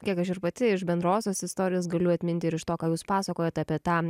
kiek aš ir pati iš bendrosios istorijos galiu atminti ir iš to ką jūs pasakojat apie tą